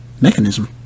mechanism